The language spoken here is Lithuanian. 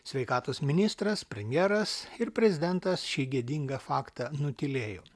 sveikatos ministras premjeras ir prezidentas šį gėdingą faktą nutylėjo